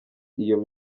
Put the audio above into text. iyo